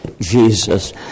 Jesus